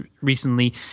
recently